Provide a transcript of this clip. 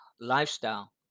lifestyle